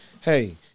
Hey